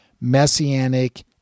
Messianic